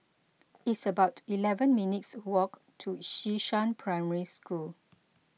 it's about eleven minutes' walk to Xishan Primary School